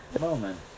moment